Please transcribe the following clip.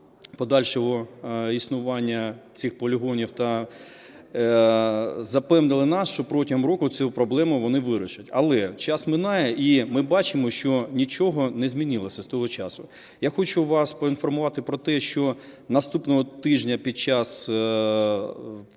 подальшого існування цих полігонів та запевнили нас, що протягом року цю проблему вони вирішать. Але час минає і ми бачимо, що нічого не змінилося з того часу. Я хочу вас проінформувати про те, що наступного тижня, під час